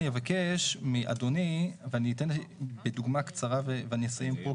אני אבקש מאדוני ואני אתן דוגמה קצרה ואני אסיים פה,